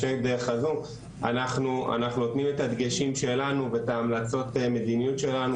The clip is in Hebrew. אנחנו נותנים את הדגשים שלנו ואת המלצות המדיניות שלנו